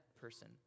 person